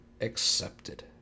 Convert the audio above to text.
accepted